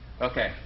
Okay